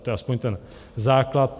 To je aspoň ten základ.